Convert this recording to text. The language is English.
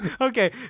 Okay